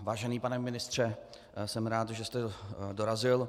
Vážený pane ministře, jsem rád, že jste dorazil.